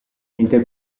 mentre